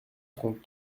trente